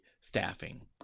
staffing